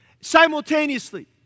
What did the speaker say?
Simultaneously